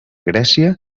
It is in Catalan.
grècia